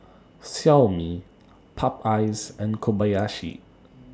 Xiaomi Popeyes and Kobayashi